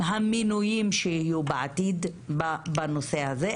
המינויים שיהיו בעתיד בנושא הזה,